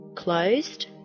closed